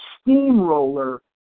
steamroller